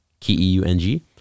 K-E-U-N-G